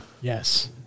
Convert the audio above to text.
Yes